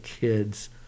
kids